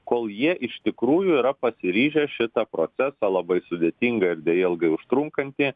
kol jie iš tikrųjų yra pasiryžę šitą procesą labai sudėtingą ir deja ilgai užtrunkantį